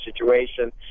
situation